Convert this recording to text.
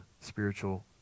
spiritual